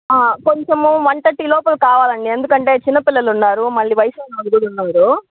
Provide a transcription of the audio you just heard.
కొంచెము one thirty లోపల కావాలండి ఎందుకంటే చిన్న పిల్లలు ఉన్నారు మళ్ళీ వయసైన వాళ్ళు కూడా ఉన్నారు